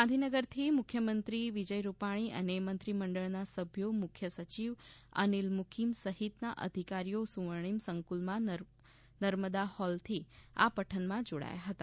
ગાંધીનગરથી મુખ્યમંત્રી વિજય રૂપાણી અને મંત્રીમંડળના સભ્યો મુખ્ય સચિવ અનિલ મુકીમ સહિતના અધિકારીઓ સ્વર્ણિમ સંકુલના નર્મદા હોલથી આ પઠનમાં જોડાયા હતા